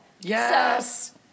Yes